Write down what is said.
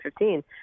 2015